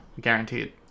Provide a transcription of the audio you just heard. Guaranteed